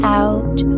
out